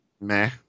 meh